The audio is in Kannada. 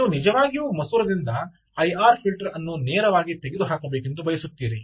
ಆದ್ದರಿಂದ ನೀವು ನಿಜವಾಗಿಯೂ ಮಸೂರದಿಂದ ಐಆರ್ ಫಿಲ್ಟರ್ ಅನ್ನು ನೇರವಾಗಿ ತೆಗೆದುಹಾಕಬೇಕೆಂದು ಬಯಸುತ್ತೀರಿ